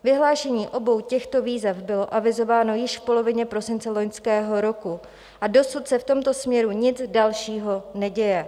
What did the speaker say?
Vyhlášení obou těchto výzev bylo avizováno již v polovině prosince loňského roku a dosud se v tomto směru nic dalšího neděje.